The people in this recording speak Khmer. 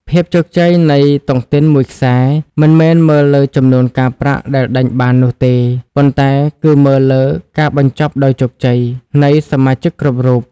ភាពជោគជ័យនៃតុងទីនមួយខ្សែ មិនមែនមើលលើចំនួនការប្រាក់ដែលដេញបាននោះទេ ប៉ុន្តែគឺមើលលើ "ការបញ្ចប់ដោយជោគជ័យ" នៃសមាជិកគ្រប់រូប។